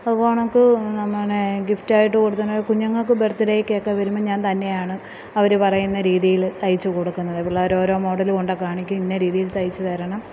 അത് കണക്ക് നമ്മളേ ഗിഫ്റ്റായിട്ട് കൊടുത്തതിന് കുഞ്ഞുങ്ങൾക്ക് ബെർത്ത് ഡേയ്ക്കക്കെ വരുമ്പോൾ ഞാൻ തന്നെയാണ് അവർ പറയുന്ന രീതീൽ തയ്ച്ച് കൊടുക്കുന്നത് പിള്ളേർ ഓരോ മോഡല് കൊണ്ട് കാണിക്കും ഇന്ന രീതീൽ തയ്ച്ച് തരണം